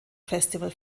festival